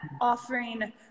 offering